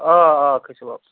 آ آ کھٔسِو واپَس